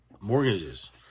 mortgages